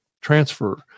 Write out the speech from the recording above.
transfer